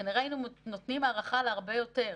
כנראה היינו נותנים הערכה להרבה יותר.